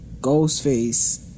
Ghostface